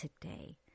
today